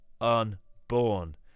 unborn